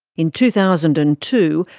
in two thousand and two,